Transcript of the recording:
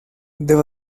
there